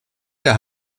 der